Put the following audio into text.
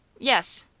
yes.